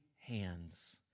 hands